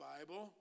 Bible